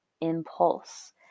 impulse